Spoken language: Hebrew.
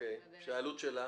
מה העלות שלה?